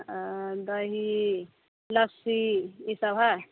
ओ दही लस्सी ई सब हइ